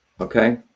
Okay